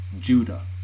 Judah